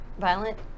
Violent